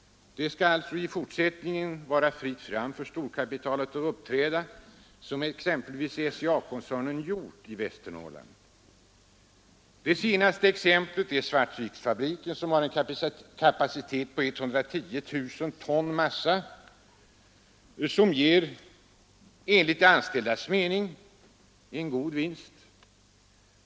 Det skall alltså även i fortsättningen vara fritt fram för storkapitalet att uppträda som exempelvis SCA-koncernen gjort i Västernorrland. Det senaste exemplet är Svartviksfabriken, som har en kapacitet på 110 000 ton massa och som enligt de anställdas mening ger en god vinst.